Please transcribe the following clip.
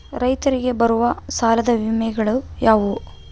ರೈತರಿಗೆ ಬರುವ ಸಾಲದ ವಿಮೆಗಳು ಯಾವುವು?